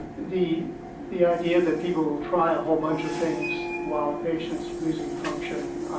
the the idea that people will try a whole bunch of things while a patient's losing function,